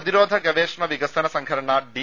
പ്രതിരോധ ഗവേഷണ വികസന സംഘടന ഡി